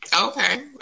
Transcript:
Okay